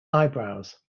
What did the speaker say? eyebrows